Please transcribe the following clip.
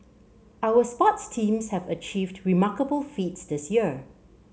our sports teams have achieved remarkable feats this year